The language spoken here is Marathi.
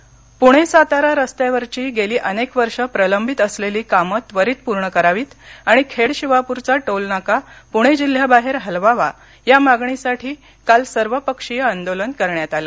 टोलमाफी पूणे सातारा रस्त्यावरची गेली अनेक वर्ष प्रलंबित असलेली कामं त्वरित पूर्ण करावीत आणि खेड शिवापूरचा टोल नाका पूणे जिल्ह्याबाहेर हलवावा या मागणीसाठी काल सर्वपक्षीय आंदोलन करण्यात आलं